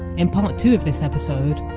in part two of this episode,